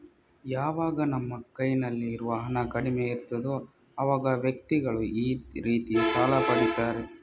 ಯಾವಾಗ ನಮ್ಮ ಕೈನಲ್ಲಿ ಇರುವ ಹಣ ಕಡಿಮೆ ಇರ್ತದೋ ಅವಾಗ ವ್ಯಕ್ತಿಗಳು ಈ ರೀತಿ ಸಾಲ ಪಡೀತಾರೆ